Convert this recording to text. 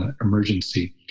emergency